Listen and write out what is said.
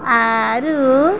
ଆରୁ